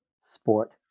sport